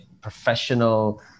professional